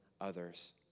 others